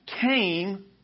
came